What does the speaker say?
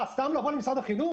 מה, סתם לבוא למשרד החינוך.